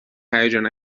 هیجان